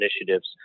initiatives